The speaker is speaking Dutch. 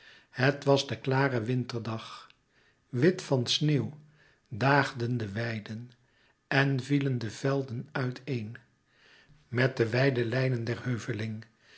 het was de klare winterdag wit van sneeuw daagden de weiden en vielen de velden uit een met de wijde lijnen der heuveling